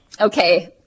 Okay